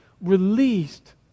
released